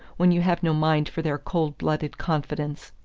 when you have no mind for their cold-blooded confidence.